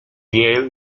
yale